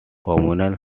voting